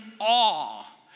awe